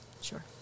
Sure